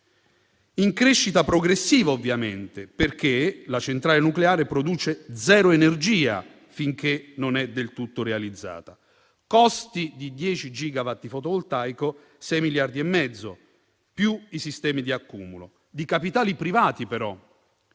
in crescita progressiva ovviamente. Perché la centrale nucleare produce zero energia finché non è del tutto realizzata. Il costo di 10 gigawatt di fotovoltaico è di 6,5 miliardi, più i sistemi di accumulo. Di capitali privati però.